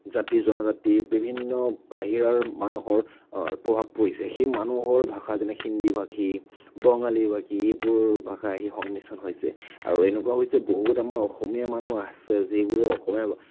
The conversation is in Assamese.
জাতি জনজাতি বিভিন্ন বাহিৰা মানুহৰ প্ৰভাৱ পৰিছে সেই মানুহৰ ভাষা যেনে হিন্দীভাষী বঙালীভাষী এইবোৰ ভাষা আহি সংমিশ্ৰণ হৈছে আৰু এনেকুৱা হৈছে বহুত আমাৰ অসমীয়া মানুহ আছে যিবোৰে অসমীয়া